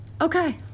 Okay